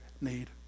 need